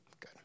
Good